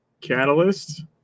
catalyst